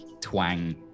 twang